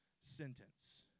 sentence